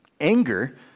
anger